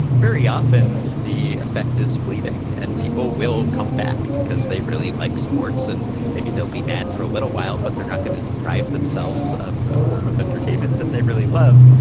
very often the effect is fleeting and people will come back because they really like sports and maybe they'll be mad for a little while, but they're not going to deprive themselves of a form of entertainment that they really love.